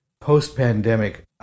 post-pandemic